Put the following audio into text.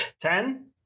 Ten